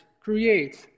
creates